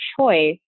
choice